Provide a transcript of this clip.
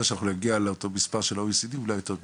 שנגיע לאותו מספר של ה-OECD אולי יותר גבוה.